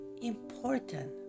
important